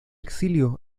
exilio